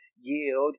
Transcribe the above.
Yield